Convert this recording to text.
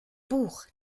buch